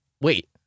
Wait